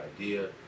idea